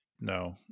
No